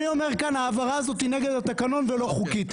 אני אומר שההעברה הזאת היא נגד התקנון ולא חוקית.